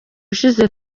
ushize